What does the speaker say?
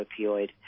opioid